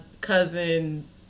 cousin